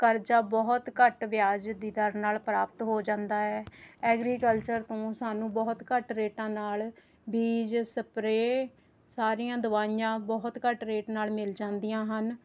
ਕਰਜ਼ਾ ਬਹੁਤ ਘੱਟ ਵਿਆਜ ਦੀ ਦਰ ਨਾਲ ਪ੍ਰਾਪਤ ਹੋ ਜਾਂਦਾ ਹੈ ਐਗਰੀਕਲਚਰ ਤੋਂ ਸਾਨੂੰ ਬਹੁਤ ਘੱਟ ਰੇਟਾਂ ਨਾਲ ਬੀਜ ਸਪਰੇਅ ਸਾਰੀਆਂ ਦਵਾਈਆਂ ਬਹੁਤ ਘੱਟ ਰੇਟ ਨਾਲ ਮਿਲ ਜਾਂਦੀਆਂ ਹਨ